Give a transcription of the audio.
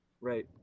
Right